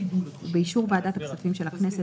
ובאישור ועדת הכספים של הכנסת,